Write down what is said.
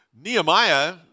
Nehemiah